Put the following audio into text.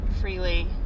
freely